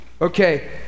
Okay